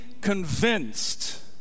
convinced